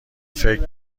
فکر